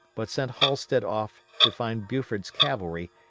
but sent halsted off to find buford's cavalry,